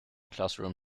classroom